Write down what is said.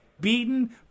beaten